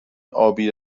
ابی